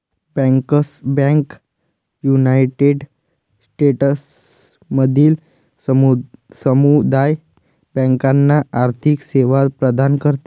bankers bank United स्टेट्समधील समुदाय बँकांना आर्थिक सेवा प्रदान करते